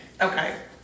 Okay